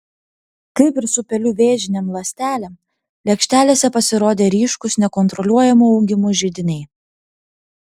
kaip ir su pelių vėžinėm ląstelėm lėkštelėse pasirodė ryškūs nekontroliuojamo augimo židiniai